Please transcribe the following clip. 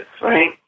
right